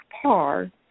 par